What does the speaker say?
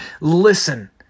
Listen